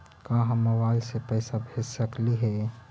का हम मोबाईल से पैसा भेज सकली हे?